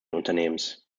unternehmens